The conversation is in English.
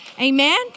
Amen